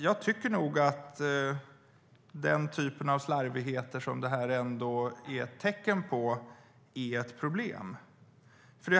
Jag tycker nog att den här typen av slarvigheter är ett problem.